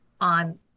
on